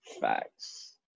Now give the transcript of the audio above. Facts